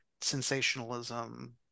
sensationalism